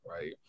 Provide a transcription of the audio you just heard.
Right